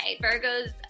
Virgo's